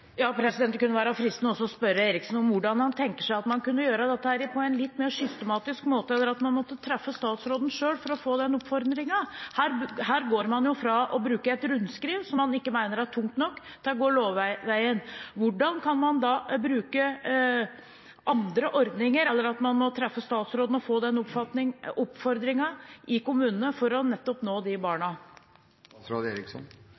Det kunne være fristende å spørre statsråd Eriksson om hvordan han tenker seg at man kunne gjøre dette på en litt mer systematisk måte enn at man må treffe statsråden selv for å få den oppfordringen. Her går man jo fra å bruke et rundskriv, som man ikke mener er tungt nok, til å gå lovveien. Hvordan kan man da bruke andre ordninger enn at man må treffe statsråden og få den oppfordringen i kommunen for å nå de barna?